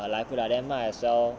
来不 liao then might as well